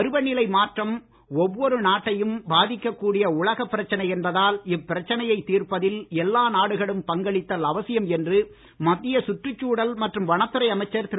பருவநிலை மாற்றம் ஒவ்வொரு நாட்டையும் பாதிக்கக் கூடிய உலகப் பிரச்னை என்பதால் இப்பிரச்னையை தீர்ப்பதில் எல்லா நாடுகளும் பங்களித்தல் அவசியம் என்று மத்திய சுற்றுச்சூழல் மற்றும் வனத்துறை அமைச்சர் திரு